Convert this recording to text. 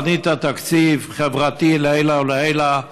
בנית תקציב חברתי לעילא ולעילא,